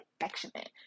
affectionate